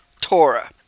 Torah